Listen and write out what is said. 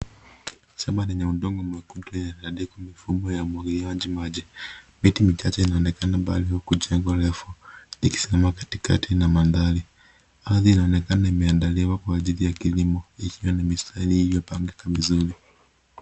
Shamba lenye udogo mwekundu lenye liliandikwa mifumo ya umwagiliaji maji. Miti michache inaonekana mbali huku jengo refu likisimama katikati na mandhari. Ardhi inaonekana imeandaliwa kwa ajili ya kilimo, ikiwa na mistari iliyopangika vizuri.